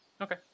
Okay